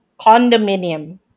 condominium